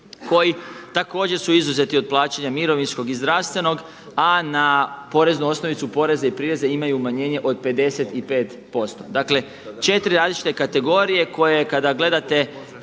koji također su izuzeti od plaćanja mirovinskog i zdravstvenog, a na poreznu osnovicu poreza i prireza imaju umanjenje od 55%. Dakle, četiri različite kategorije koje kada gledate